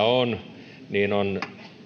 on on